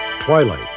Twilight